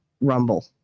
Rumble